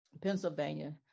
Pennsylvania